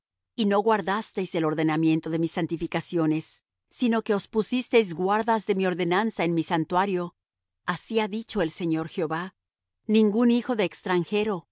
y no guardasteis el ordenamiento de mis santificaciones sino que os pusisteis guardas de mi ordenanza en mi santuario así ha dicho el señor jehová ningún hijo de extranjero